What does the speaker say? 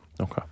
Okay